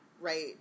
right